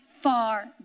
far